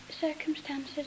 circumstances